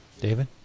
David